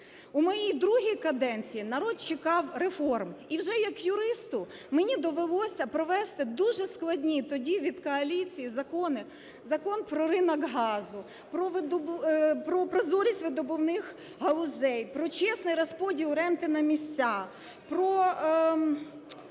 У моїй другій каденції народ чекав реформ і вже як юристу мені довелося провести дуже складні тоді від коаліції закони: Закон про ринок газу, про прозорість видобувних галузей, про чесний розподіл ренти на місця, про